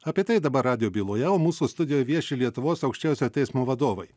apie tai dabar radijo byloje o mūsų studijoje vieši lietuvos aukščiausiojo teismo vadovai